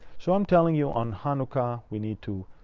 so i'm telling you, on hanukkah, we need to